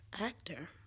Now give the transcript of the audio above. actor